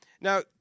Now